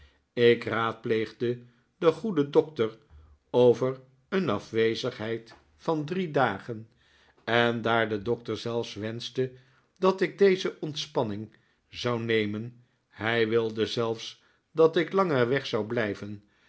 ik raadpleegde den goeden doctor over een afwezigheid van drie dagen en daar de doctor zelfs wenschte dat ik deze ontspanning zou nemeh hij wilde zelfs dat ik langer weg zou blijven